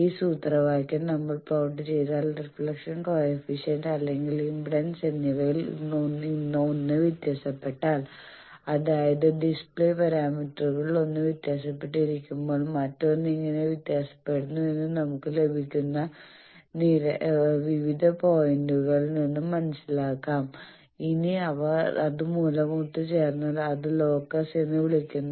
ഈ സൂത്രവാക്യം നമ്മൾ പ്ലോട്ട് ചെയ്താൽ റീഫ്ലക്ഷൻ കോയെഫിഷ്യന്റ് അല്ലെങ്കിൽ ഇംപെഡൻസ് എന്നിവയിൽ ഒന്ന് വ്യത്യാസപ്പെട്ടാൽ അതായത് ഡിസ്പ്ലേ പാരാമീറ്ററുകളിലൊന്ന് വ്യത്യാസപ്പെട്ടിരിക്കുമ്പോൾ മറ്റൊന്ന് എങ്ങനെ വ്യത്യാസപ്പെടുന്നു എന്ന് നമുക്ക് ലഭിക്കുന്ന വിവിധ പോയിന്റുകളിൽ നിന്ന് മനസിലാക്കാം ഇനി അവ അതുമൂലം ഒത്ത് ചേർന്നാൽ അത് ലോക്കസ് എന്ന് വിളിക്കുന്നു